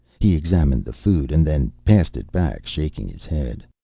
he examined the food and then passed it back, shaking his head.